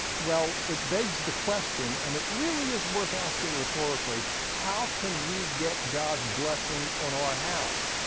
well, it begs the question, and it really is worth asking rhetorically. how can we get god's blessing on our house?